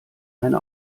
eine